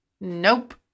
nope